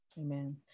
Amen